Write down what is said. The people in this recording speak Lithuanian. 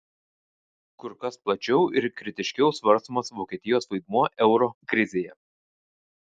kur kas plačiau ir kritiškiau svarstomas vokietijos vaidmuo euro krizėje